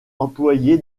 employé